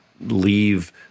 leave